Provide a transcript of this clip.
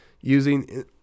using